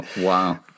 Wow